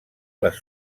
les